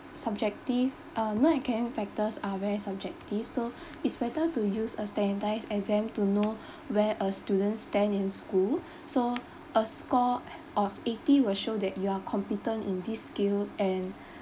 subjective uh non academic factors are very subjective so it's better to use a standardised exam to know where a student stand in school so a score of eighty will show that you are competent in these skill and